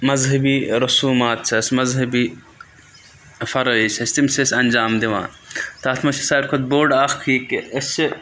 مذہبی رسوٗمات چھِ اسہِ مذہبی فَرٲیض چھِ اَسہِ تِم چھِ أسۍ اَنجام دِوان تَتھ منٛز چھِ ساروی کھۄتہٕ بوٚڑ اَکھ یہِ کہِ أسۍ چھِ